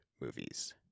movies